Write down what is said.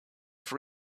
for